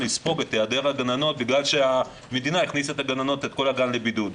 לספוג את היעדר הגננות בגלל שהמדינה הכניסה את כל הגן לבידוד.